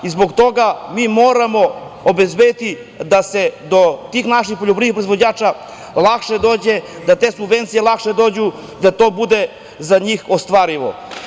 Zbog toga mi moramo obezbediti da se do tih naših poljoprivrednih proizvođača lakše dođe, da te subvencije lakše dođu, da to bude za njih ostvarivo.